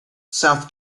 south